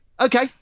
okay